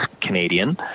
canadian